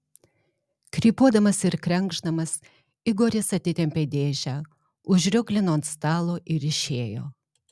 krypuodamas ir krenkšdamas igoris atitempė dėžę užrioglino ant stalo ir išėjo